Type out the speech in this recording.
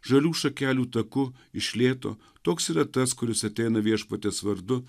žalių šakelių taku iš lėto toks yra tas kuris ateina viešpaties vardu